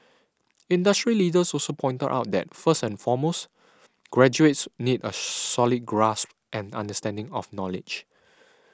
industry leaders also pointed out that first and foremost graduates need a solid grasp and understanding of knowledge